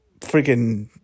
freaking